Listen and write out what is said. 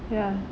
ya